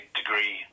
degree